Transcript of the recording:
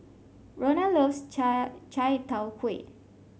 Rhona loves chai Chai Tow Kuay